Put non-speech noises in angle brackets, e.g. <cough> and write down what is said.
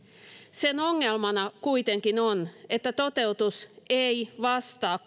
sen ongelmana kuitenkin on että toteutus ei vastaa <unintelligible>